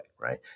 right